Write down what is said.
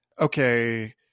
okay